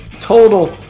total